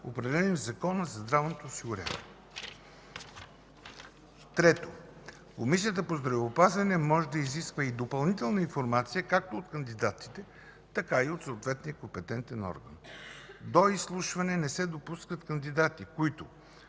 определени в Закона за здравното осигуряване. 3. Комисията по здравеопазването може да изисква допълнителна информация както от кандидатите, така и от съответния компетентен орган. 4. До изслушване не се допускат кандидати, които: